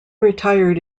retired